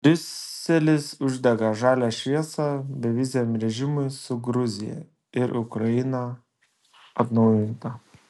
briuselis uždega žalią šviesą beviziam režimui su gruzija ir ukraina atnaujinta